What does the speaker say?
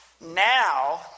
Now